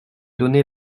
donné